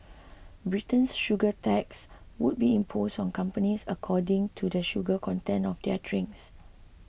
Britain's sugar tax would be imposed on companies according to the sugar content of their drinks